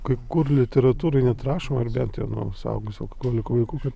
kai kur literatūroj net rašoma ar bent jau nu suaugusių alkoholikų vaikų kad